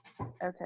Okay